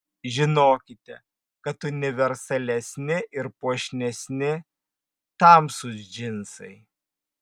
žinokite kad universalesni ir puošnesni tamsūs džinsai